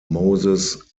moses